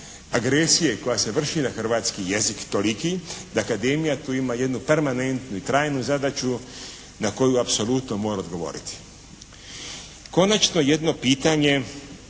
agresije koja se vrši na hrvatski jezik toliki da Akademija tu ima jednu permanentnu i trajnu zadaću na koju apsolutno mora odgovoriti. Konačno jedno pitanje